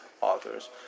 authors